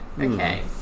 Okay